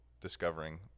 discovering